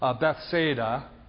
Bethsaida